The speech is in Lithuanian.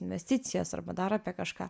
investicijas arba dar apie kažką